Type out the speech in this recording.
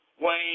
Wayne